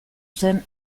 zen